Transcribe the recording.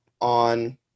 on